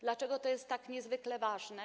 Dlaczego to jest tak niezwykle ważne?